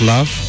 Love